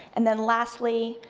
and then lastly,